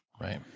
Right